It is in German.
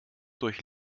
durch